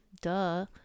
duh